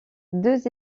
deux